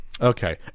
Okay